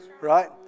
right